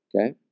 Okay